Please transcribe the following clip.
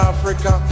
Africa